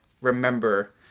remember